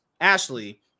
Ashley